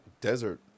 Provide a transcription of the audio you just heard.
desert